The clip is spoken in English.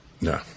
No